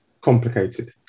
complicated